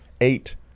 eight